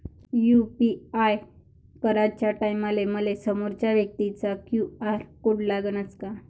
UPI कराच्या टायमाले मले समोरच्या व्यक्तीचा क्यू.आर कोड लागनच का?